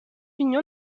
union